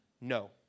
No